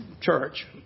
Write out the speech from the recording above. church